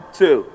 two